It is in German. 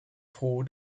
froh